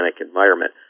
environment